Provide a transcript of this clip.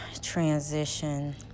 transition